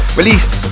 released